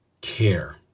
care